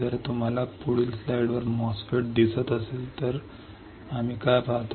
जर तुम्हाला पुढील स्लाईडवर MOSFET दिसत असेल तर आम्ही काय पाहतो